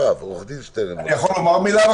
אפשר לומר מילה?